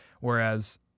whereas